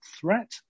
threat